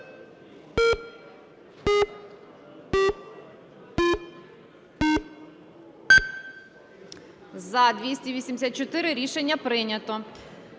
За-287 Рішення прийнято.